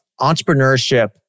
entrepreneurship